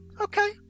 okay